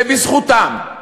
זה בזכותם,